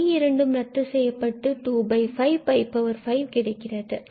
இவை இரண்டும் ரத்து செய்யப்பட்டு நமக்கு இதுவே 255கிடைக்கிறது